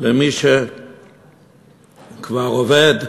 למי שכבר עובד,